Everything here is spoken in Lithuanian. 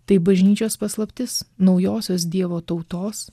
tai bažnyčios paslaptis naujosios dievo tautos